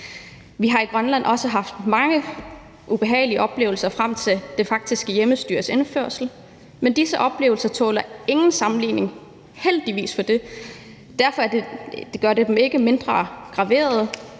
Vi har i Grønland også haft mange ubehagelige oplevelser frem til det faktiske hjemmestyres indførelse. De tåler ikke sammenligning med dem i Canada – heldigvis for det – men det gør dem ikke mindre graverende.